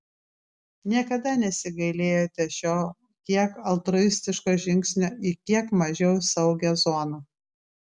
niekada nesigailėjote šio kiek altruistiško žingsnio į kiek mažiau saugią zoną